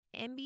NBA